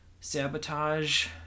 sabotage